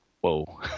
Whoa